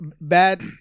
Bad